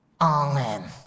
Amen